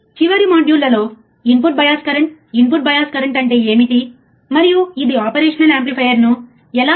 ఆపై మరొక point slew rate ఈ ప్రత్యేక మాడ్యూల్లో ఈ 2 విషయాలు చూస్తాము